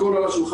הכול על השולחן,